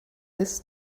this